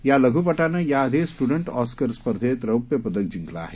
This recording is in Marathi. या लघुपटानं याआधी स्टुडंट ऑस्कर स्पर्धेत रौप्य पदक जिंकलं आहे